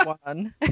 one